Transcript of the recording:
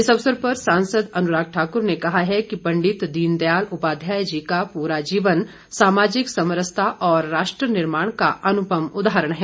इस अवसर पर सांसद अनुराग ठाकुर ने कहा है कि पंडित दीनदयाल उपाध्याय जी का पूरा जीवन सामाजिक समरसता और राष्ट्र निर्माण का अनुपम उदाहरण है